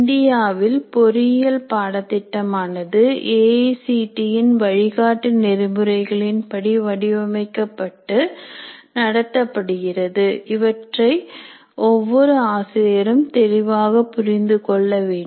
இந்தியாவில் பொறியியல் பாடத்திட்டம் ஆனது ஏ ஐசிடி இன் வழிகாட்டு நெறிமுறைகளின்படி வடிவமைக்கப்பட்டு நடத்தப்படுகிறதுஇவற்றை ஒவ்வொரு ஆசிரியரும் தெளிவாக புரிந்து கொள்ள வேண்டும்